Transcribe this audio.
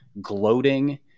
gloating